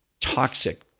toxic